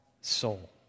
soul